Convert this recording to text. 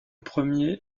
premier